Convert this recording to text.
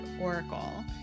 Oracle